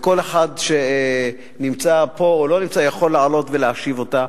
וכל אחד שנמצא פה או לא נמצא יכול לעלות ולהשיב אותה.